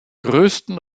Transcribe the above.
größten